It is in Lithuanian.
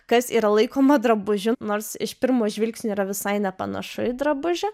kas yra laikoma drabužiu nors iš pirmo žvilgsnio yra visai nepanašu į drabužį